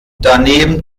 daneben